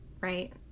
right